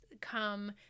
come